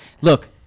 Look